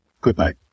goodnight